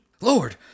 Lord